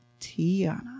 Tiana